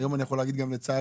היום אני יכול להגיד גם לצערי,